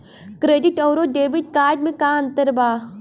Credit अउरो debit card मे का अन्तर बा?